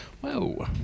Whoa